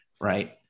right